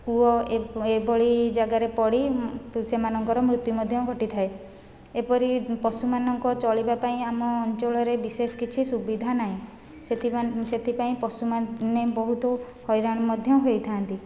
କୂଅ ଏଭଳି ଜାଗାରେ ପଡ଼ି ସେମାନଙ୍କର ମୃତ୍ୟୁ ମଧ୍ୟ ଘଟିଥାଏ ଏପରି ପଶୁମାନଙ୍କ ଚଳିବା ପାଇଁ ଆମ ଅଞ୍ଚଳରେ ବିଶେଷ କିଛି ସୁବିଧା ନାହିଁ ସେଥିପାଇଁ ପଶୁମାନେ ବହୁତ ହଇରାଣ ମଧ୍ୟ ହୋଇଥାନ୍ତି